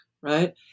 Right